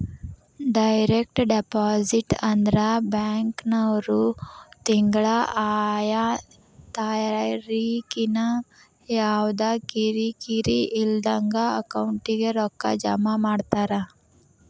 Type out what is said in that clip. direct deposit ಅಂದ್ರ ಬ್ಯಾಂಕಿನ್ವ್ರು ತಿಂಗ್ಳಾ ಆಯಾ ತಾರಿಕಿಗೆ ಯವ್ದಾ ಕಿರಿಕಿರಿ ಇಲ್ದಂಗ ಅಕೌಂಟಿಗೆ ರೊಕ್ಕಾ ಜಮಾ ಮಾಡ್ತಾರ